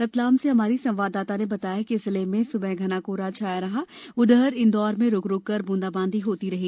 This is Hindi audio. रतलाम से हमारी संवाददाता ने बताया है कि जिले में सुबह घना कोहरा छाया रहा उधर इंदौर में रुकरुक कर बूंदाबांदी होती रही